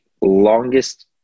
longest